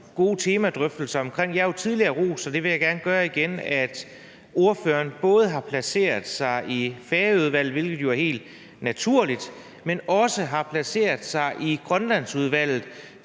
gode temadrøftelser omkring. Jeg har jo tidligere rost, og det vil jeg gerne gøre igen, at ordføreren både har placeret sig i Færøudvalget, hvilket jo er helt naturligt, men også har placeret sig i Grønlandsudvalget